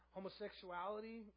Homosexuality